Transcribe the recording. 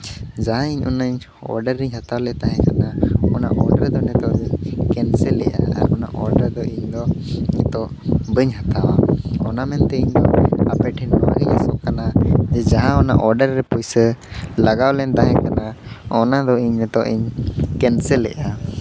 ᱡᱟᱦᱟᱸ ᱤᱧ ᱚᱱᱟ ᱚᱰᱟᱨ ᱤᱧ ᱦᱟᱛᱟᱣ ᱞᱮᱫ ᱛᱟᱦᱮᱸ ᱠᱟᱱᱟ ᱚᱱᱟ ᱚᱰᱟᱨ ᱫᱚ ᱱᱤᱛᱚᱜ ᱫᱚ ᱠᱮᱱᱥᱮᱞᱮᱜᱼᱟ ᱟᱨ ᱚᱱᱟ ᱚᱰᱟᱨ ᱫᱚ ᱤᱧᱫᱚ ᱱᱤᱛᱚᱜ ᱵᱟᱹᱧ ᱦᱟᱛᱟᱣᱟ ᱚᱱᱟ ᱢᱮᱱᱛᱮ ᱤᱧ ᱟᱯᱮ ᱴᱷᱮᱱ ᱱᱚᱣᱟᱜᱤᱧ ᱟᱸᱥᱚᱜ ᱠᱟᱱᱟ ᱡᱮ ᱡᱟᱦᱟᱸ ᱚᱱᱟ ᱚᱰᱟᱨ ᱨᱮ ᱯᱩᱭᱥᱟᱹ ᱞᱟᱜᱟᱣ ᱨᱮ ᱛᱟᱦᱮᱸ ᱠᱟᱱᱟ ᱚᱱᱟᱫᱚ ᱤᱧ ᱱᱤᱛᱚᱜ ᱤᱧ ᱠᱮᱱᱥᱮᱞᱮᱜᱼᱟ